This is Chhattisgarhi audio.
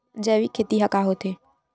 जैविक खेती ह का होथे?